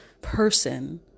person